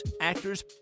actors